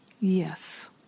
Yes